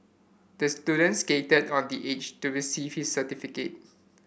the student skated on the age to receive his certificate